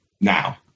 now